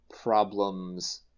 problems